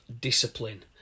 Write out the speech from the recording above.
discipline